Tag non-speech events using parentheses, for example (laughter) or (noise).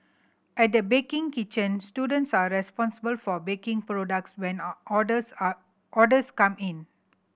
at the baking kitchen students are responsible for baking products when (unintelligible) orders are orders come in